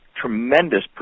Tremendous